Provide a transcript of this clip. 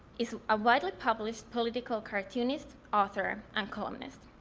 is a widely published political cartoonist, author, and columnist.